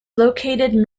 located